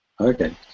Okay